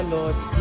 lord